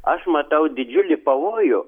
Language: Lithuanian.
aš matau didžiulį pavojų